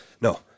No